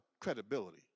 credibility